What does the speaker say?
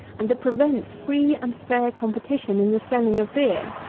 and that prevents free and fair competition in the selling of beer,